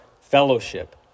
fellowship